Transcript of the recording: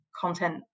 content